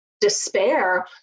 despair